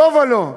לא ולא.